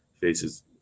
faces